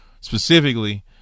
specifically